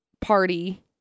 party